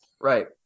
right